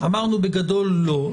אמרנו בגדול לא.